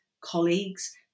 colleagues